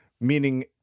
meaning